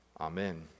Amen